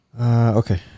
Okay